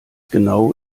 genau